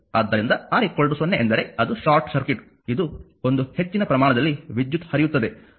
ಆದ್ದರಿಂದ R 0 ಎಂದರೆ ಅದು ಶಾರ್ಟ್ ಸರ್ಕ್ಯೂಟ್ ಇದು ಒಂದು ಹೆಚ್ಚಿನ ಪ್ರಮಾಣದಲ್ಲಿ ವಿದ್ಯುತ್ ಹರಿಯುತ್ತದೆ